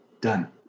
Done